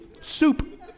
Soup